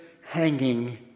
hanging